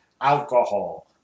alcohol